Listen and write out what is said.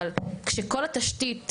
אבל כשכל התשתית,